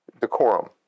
decorum